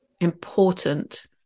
important